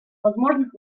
возможных